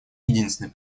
единственный